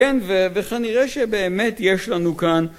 כן וכנראה שבאמת יש לנו כאן